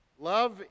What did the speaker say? Love